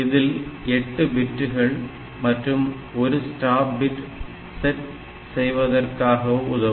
இதில் 8 பிட்டுகள் மற்றும் 1 ஸ்டாப் பிட் செட் செய்வதற்காக உதவும்